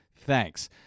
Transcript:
Thanks